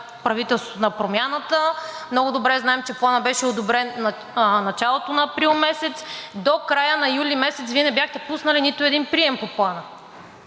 правителството на Промяната. Много добре знаем, че Планът беше одобрен в началото на април месец. До края на юли месец Вие не бяхте пуснали нито един прием по Плана.